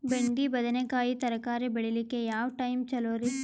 ಬೆಂಡಿ ಬದನೆಕಾಯಿ ತರಕಾರಿ ಬೇಳಿಲಿಕ್ಕೆ ಯಾವ ಟೈಮ್ ಚಲೋರಿ?